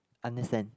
understand